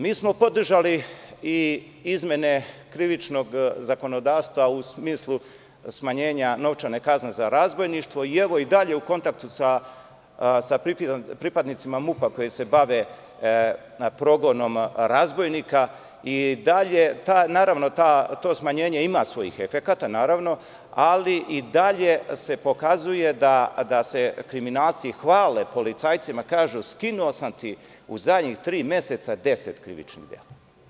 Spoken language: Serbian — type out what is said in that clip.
Mi smo podržali i izmene Krivičnog zakonodavstva u smislu smanjenja novčane kazne za razbojništvo i evo i dalje u kontaktu s pripadnicima MUP koji se bave na progonom razbojnika, i dalje to smanjenje ima svojih efekata, ali i dalje se pokazuje da se kriminalci hvale policajcima i kažu – skinuo sam u zadnjih tri meseca 10 krivičnih dela.